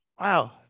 wow